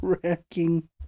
Cracking